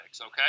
okay